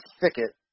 thicket